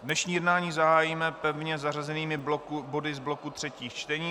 Dnešní jednání zahájíme pevně zařazenými body z bloku třetích čtení.